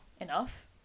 enough